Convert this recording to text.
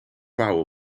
pauw